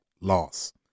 loss